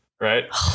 Right